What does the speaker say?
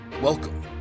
Welcome